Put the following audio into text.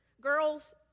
girls